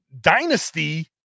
dynasty